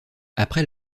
après